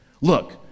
Look